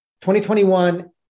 2021